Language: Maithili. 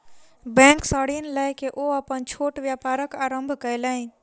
बैंक सॅ ऋण लय के ओ अपन छोट व्यापारक आरम्भ कयलैन